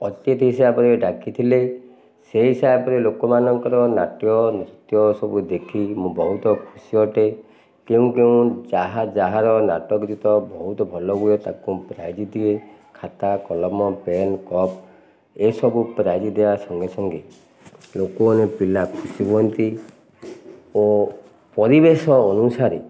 ଅତିଥି ହିସାବରେ ଡାକିଥିଲେ ସେଇ ହିସାବରେ ଲୋକମାନଙ୍କର ନାଟ୍ୟ ନୃତ୍ୟ ସବୁ ଦେଖି ମୁଁ ବହୁତ ଖୁସି ଅଟେ କେଉଁ କେଉଁ ଯାହା ଯାହାର ନାଟକ ବହୁତ ଭଲ ହୁଏ ତାକୁ ପ୍ରାଇଜ୍ ଦିଏ ଖାତା କଲମ ପେନ୍ କପ୍ ଏସବୁ ପ୍ରାଇଜ୍ ଦିଆ ସଙ୍ଗେ ସଙ୍ଗେ ଲୋକମାନେ ପିଲା ଖୁସି ହୁଅନ୍ତି ଓ ପରିବେଶ ଅନୁସାରେ